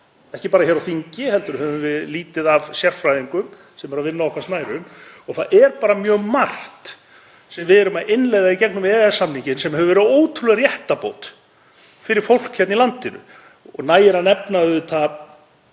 ekki bara hér á þingi heldur höfum við lítið af sérfræðingum sem eru að vinna á okkar snærum. Það er bara mjög margt sem við erum að innleiða í gegnum EES-samninginn sem hefur verið ótrúleg réttarbót fyrir fólkið í landinu og nægir að nefna vinnurétt,